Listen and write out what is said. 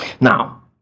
Now